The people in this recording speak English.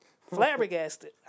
flabbergasted